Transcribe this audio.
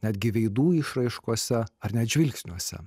netgi veidų išraiškose ar net žvilgsniuose